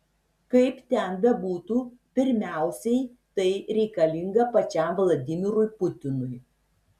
kaip ten bebūtų pirmiausiai tai reikalinga pačiam vladimirui putinui